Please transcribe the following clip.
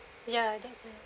ya